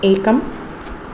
एकम्